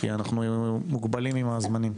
כי אנחנו מוגבלים עם הזמנים.